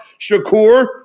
Shakur